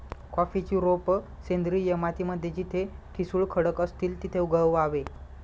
कॉफीची रोप सेंद्रिय माती मध्ये जिथे ठिसूळ खडक असतील तिथे उगवावे